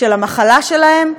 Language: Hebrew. של המחלה שלהם,